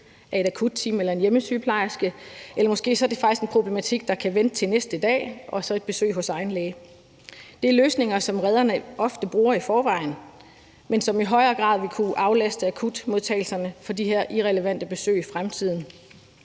af et akutteam eller en hjemmesygeplejerske, eller måske er det faktisk en problematik, der kan vente til næste dag og så et besøg hos egen læge. Det er løsninger, som redderne ofte bruger i forvejen, men som i højere grad vil kunne aflaste akutmodtagelserne for de her irrelevante besøg i fremtiden.